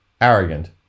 arrogant